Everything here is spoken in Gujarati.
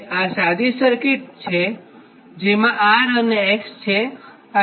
આ સાદી સિરીઝ સર્કિટ છેજેમાં R અને X છે